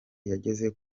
yageze